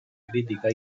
crítica